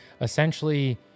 essentially